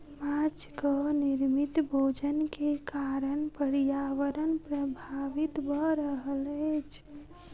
माँछक निर्मित भोजन के कारण पर्यावरण प्रभावित भ रहल अछि